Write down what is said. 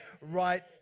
right